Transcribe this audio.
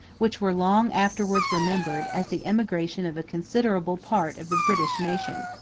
which were long afterwards remembered, as the emigration of a considerable part of the british nation.